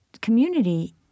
community